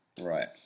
Right